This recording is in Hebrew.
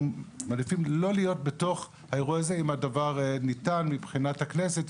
מעדיפים לא להיות בתוך האירוע הזה אם הדבר ניתן מבחינת הכנסת.